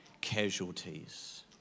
casualties